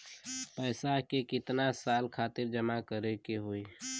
पैसा के कितना साल खातिर जमा करे के होइ?